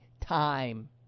time